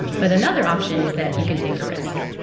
but another option is that you can take a risk.